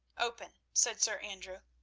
open, said sir andrew.